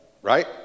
right